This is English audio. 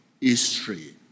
history